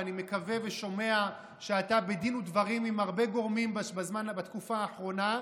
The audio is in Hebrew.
ואני מקווה ושומע שאתה בדין ודברים עם הרבה גורמים בתקופה האחרונה,